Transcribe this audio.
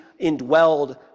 indwelled